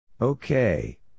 Okay